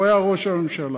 הוא היה ראש הממשלה.